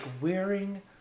wearing